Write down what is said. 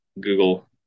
google